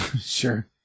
Sure